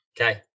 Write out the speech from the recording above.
Okay